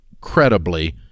credibly